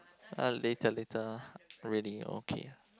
uh later later really okay